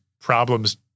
problems